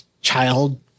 child